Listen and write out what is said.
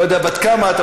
אני לא יודע בת כמה את,